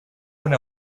went